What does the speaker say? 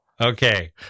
Okay